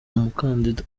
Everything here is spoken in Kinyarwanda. umukandida